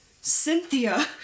Cynthia